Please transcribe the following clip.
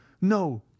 no